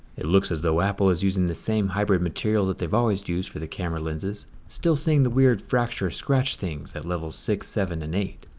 it looks as though apple is using the same hybrid material that they've always used for the camera lenses. still seeing the weird fracture scratch things at levels six, seven, and eight.